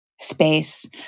space